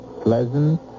pleasant